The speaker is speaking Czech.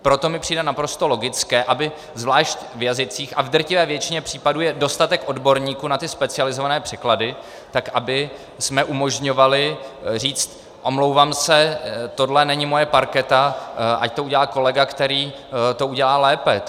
Proto mi přijde naprosto logické, aby zvlášť v jazycích, a v drtivé většině případů je dostatek odborníků na ty specializované překlady, tak abychom umožňovali říct: omlouvám se, tohle není moje parketa, ať to udělá kolega, který to udělá lépe.